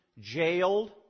jailed